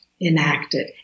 enacted